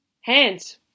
hands